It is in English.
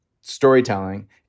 storytelling